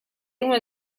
una